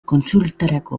kontsultarako